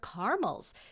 caramels